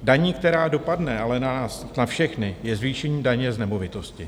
Daní, která dopadne ale na nás na všechny, je zvýšení daně z nemovitostí.